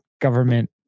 government